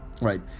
Right